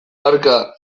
barka